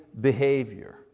behavior